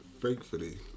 thankfully